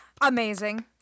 Amazing